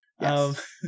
Yes